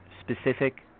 specific